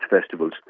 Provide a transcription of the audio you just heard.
festivals